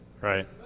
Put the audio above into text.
Right